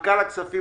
אז תקשיבי.